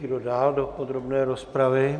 Kdo dál do podrobné rozpravy?